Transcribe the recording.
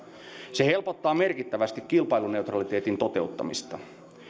se helpottaa merkittävästi kilpailuneutraliteetin toteuttamista